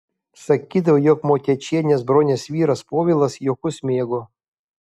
sakydavo jog motiečienės bronės vyras povilas juokus mėgo